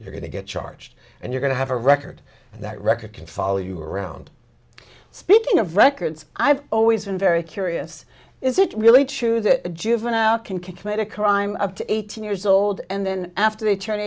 you're going to get charged and you're going to have a record that record can follow you around speaking of records i've always been very curious is it really true that a juvenile can commit a crime up to eighteen years old and then after they turn